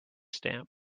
stamp